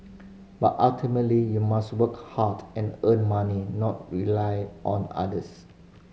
but ultimately you must work hard and earn money not rely on others